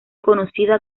conocida